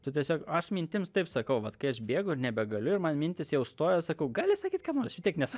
tu tiesiog aš mintims taip sakau vat kai aš bėgu ir nebegaliu ir man mintys jau stoja sakau gali sakyt ką nori aš vis tiek nesa